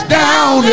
down